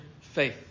faith